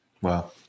Wow